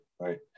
Right